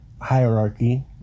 hierarchy